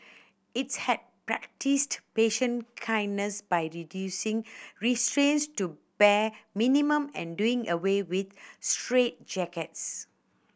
its had practised patient kindness by reducing restraints to bare minimum and doing away with straitjackets